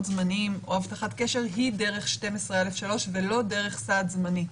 זמניים או הבטחת קשר היא דרך 12(א)(3) ולא דרך סעד זמני.